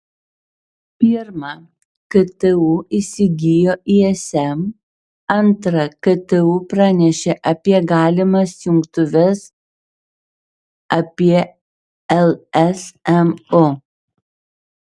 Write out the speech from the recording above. pirma ktu įsigijo ism antra ktu pranešė apie galimas jungtuves apie lsmu